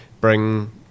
bring